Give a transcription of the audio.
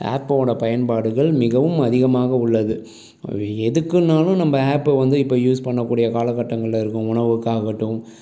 ஆப்போடய பயன்பாடுகள் மிகவும் அதிகமாக உள்ளது எதுக்குன்னாலும் நம்ம ஆப்பை வந்து இப்போ யூஸ் பண்ணக்கூடிய காலக்கட்டங்களில் இருக்கோம் உணவுக்காகட்டும்